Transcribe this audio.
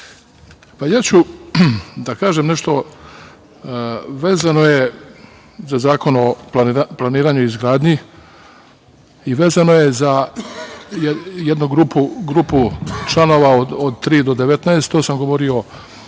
ću da kažem nešto, vezano je za Zakon o planiranju i izgradnji i za jednu grupu članova od 3. do 19. To sam govorio i